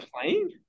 playing